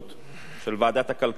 של ועדת הכלכלה מול